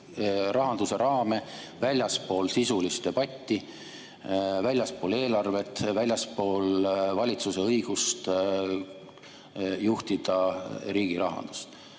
rahanduse raame, väljaspool sisulist debatti, väljaspool eelarvet, väljaspool valitsuse õigust juhtida riigi rahandust.